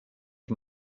and